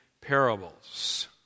Parables